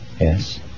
Yes